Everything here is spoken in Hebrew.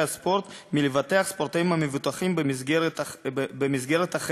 הספורט מלבטח ספורטאים המבוטחים במסגרת אחרת,